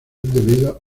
debido